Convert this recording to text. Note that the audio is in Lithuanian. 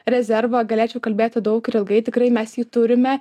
rezervą galėčiau kalbėti daug ir ilgai tikrai mes jį turime